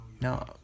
No